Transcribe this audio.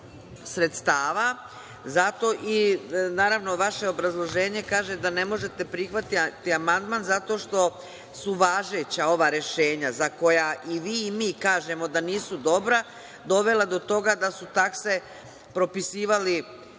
sredstava. Naravno, vaše obrazloženje kaže da ne možete prihvatiti amandman zato što su važeća ova rešenja, za koja i vi i mi kažemo da nisu dobra, dovela do toga da su takse propisivali